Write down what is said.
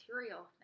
material